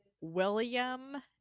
william